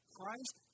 Christ